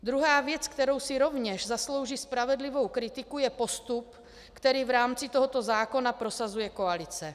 Druhá věc, která si rovněž zaslouží spravedlivou kritiku, je postup, který v rámci tohoto zákona prosazuje koalice.